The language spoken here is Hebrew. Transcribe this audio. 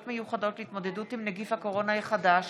מיוחדות להתמודדות עם נגיף הקורונה החדש